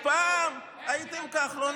פעם הייתם כחלונים,